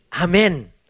Amen